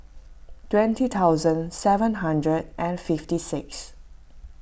twenty thousand seven hundred and fifty six